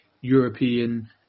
European